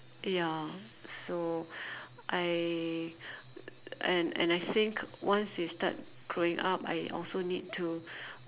ya so I and I I think once you start growing up I also need to